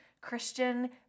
Christian